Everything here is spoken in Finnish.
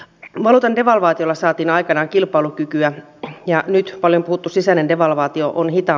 n valuutan devalvaatiolla saatiin aikanaan kilpailukykyä ja nyt paljon puhuttu sisäinen devalvaatioon niitä